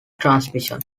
transmission